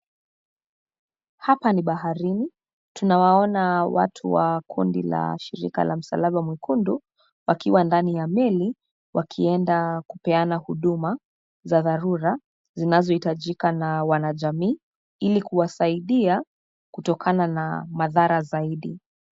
Hapa ni baharini, tunawaona watu wa kundi wa shirika la msalaba mwekundu wakiwa ndani ya meli wakienda kupeana huduma za dharura zinazohitajika na wanajamii ili kuwasaidia kutokana na madhara zaidi.